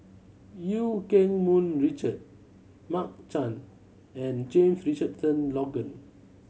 Eu Keng Mun Richard Mark Chan and James Richardson Logan